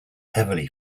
heavily